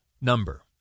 number